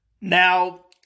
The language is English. Now